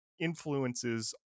influences